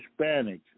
Hispanics